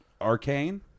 Arcane